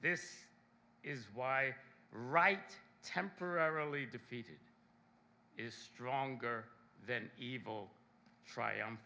this is why right temporarily defeated is stronger than evil